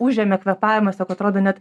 užėmė kvėpavimą sako atrodo net